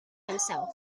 himself